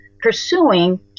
pursuing